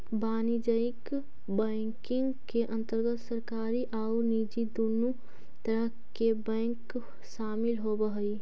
वाणिज्यिक बैंकिंग के अंतर्गत सरकारी आउ निजी दुनों तरह के बैंक शामिल होवऽ हइ